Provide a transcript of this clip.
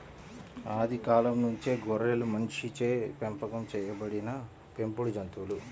ఆది కాలం నుంచే గొర్రెలు మనిషిచే పెంపకం చేయబడిన పెంపుడు జంతువులు